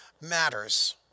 matters